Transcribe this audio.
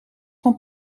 van